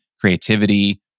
creativity